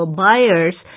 buyers